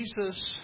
Jesus